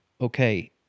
okay